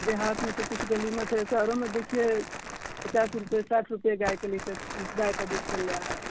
देहात में तो कुछ गनीमत है शहरों में तो देखिये पचास रुपये साठ रुपये गाय का लीटर गाय का दूध चल रहा है